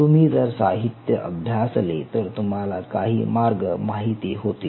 तुम्ही जर साहित्य अभ्यासले तर तुम्हाला काही मार्ग माहिती होतील